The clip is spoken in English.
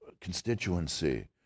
constituency